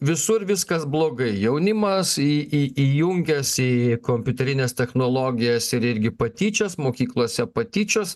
visur viskas blogai jaunimas į į įjunkęs į kompiuterines technologijas ir irgi patyčios mokyklose patyčios